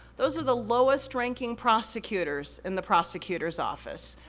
those are the lowest ranking prosecutors in the prosecutors office,